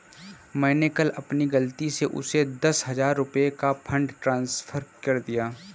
मैंने कल अपनी गलती से उसे दस हजार रुपया का फ़ंड ट्रांस्फर कर दिया